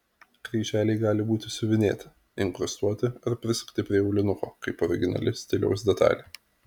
kryželiai gali būti siuvinėti inkrustuoti ar prisegti prie aulinuko kaip originali stiliaus detalė